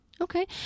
Okay